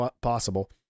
possible